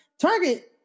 Target